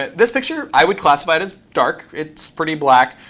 ah this picture, i would classify it as dark. it's pretty black.